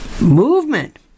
movement